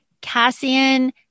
Cassian